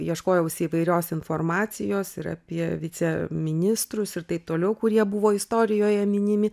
ieškojausi įvairios informacijos ir apie viceministrus ir taip toliau kurie buvo istorijoje minimi